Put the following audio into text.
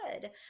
good